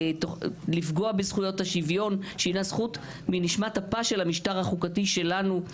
לפגוע בזכויות השוויון שהינה זכות מנשמת אפה של המשטר החוקתי שלנו,